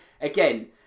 again